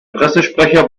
pressesprecher